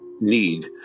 need